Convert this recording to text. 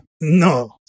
no